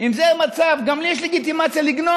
אם זה המצב, גם לי יש לגיטימציה לגנוב.